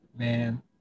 Man